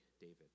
David